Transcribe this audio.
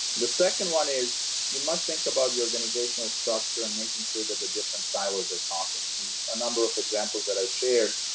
the second one is you must think about your organizational structure and making sure that the different silos are talking in a number of examples that i've shared.